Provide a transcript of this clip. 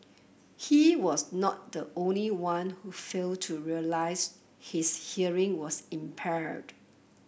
he was not the only one who failed to realise his hearing was impaired